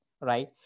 right